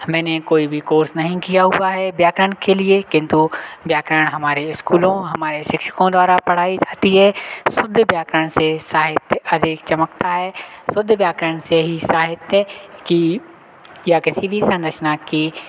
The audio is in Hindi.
हाँ मैंने कोई भी कोर्स नहीं किया हुआ है व्याकरण के लिए किन्तु व्याकरण हमारे स्कूलों हमारे शिक्षकों द्वारा पढ़ाई जाती है शुद्ध व्याकरण से साहित्य अधिक चमकता है शुद्ध व्याकरण से ही साहित्य की या किसी ही संरचना की